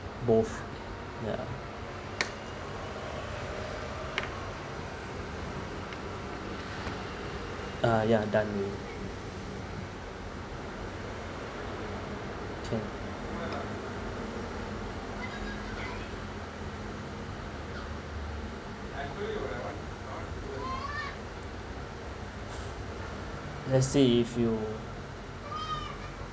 both yeah uh yeah done already let's say if you